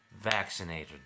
vaccinated